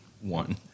One